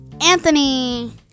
anthony